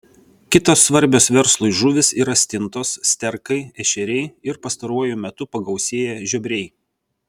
kitos svarbios verslui žuvys yra stintos sterkai ešeriai ir pastaruoju metu pagausėję žiobriai